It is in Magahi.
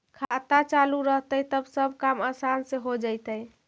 खाता चालु रहतैय तब सब काम आसान से हो जैतैय?